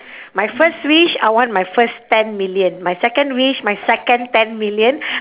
my first wish I want my first ten million my second wish my second ten million